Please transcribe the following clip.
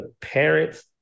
parents